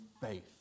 faith